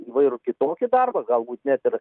įvairų kitokį darbą galbūt net ir